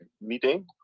meeting